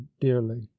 dearly